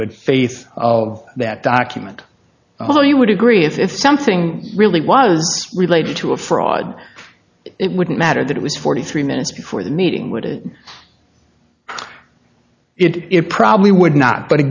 good faith of that document well you would agree if something really was related to a fraud it wouldn't matter that it was forty three minutes before the meeting would it it probably would not but